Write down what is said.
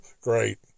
great